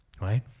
right